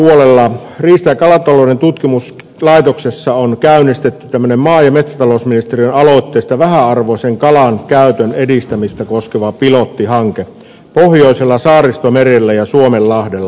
riista ja kalatalouden tutkimuslaitoksessa on käynnistetty maa ja metsätalousministeriön aloitteesta vähäarvoisen kalan käytön edistämistä koskeva pilottihanke pohjoisella saaristomerellä ja suomenlahdella